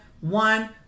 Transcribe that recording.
One